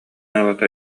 ыла